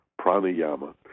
Pranayama